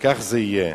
שכך זה יהיה.